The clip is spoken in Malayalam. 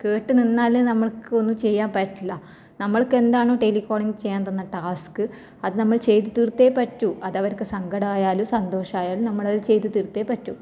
കേട്ട് നിന്നാൽ നമുക്ക് ഒന്നും ചെയ്യാൻ പറ്റില്ല നമുക്ക് എന്താണോ ടെലികോളിങ് ചെയ്യാൻ തന്ന ടാസ്ക് അത് നമ്മൾ ചെയ്ത് തീർത്തേ പറ്റൂ അതവർക്ക് സങ്കടമായാലും സന്തോഷമായാലും അത് നമ്മൾ ചെയ്തു തീർത്തേ പറ്റൂ